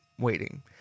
waiting